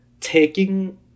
taking